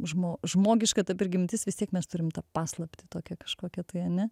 žmo žmogiška ta prigimtis vis tiek mes turim tą paslaptį tokią kažkokią tai ane